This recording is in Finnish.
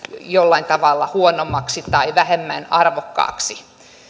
jollain tavalla huonommaksi tai vähemmän arvokkaaksi